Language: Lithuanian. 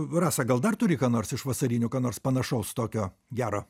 rasa gal dar turi ką nors iš vasarinių ką nors panašaus tokio gero